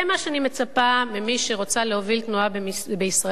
זה מה שאני מצפה ממי שרוצה להוביל תנועה בישראל,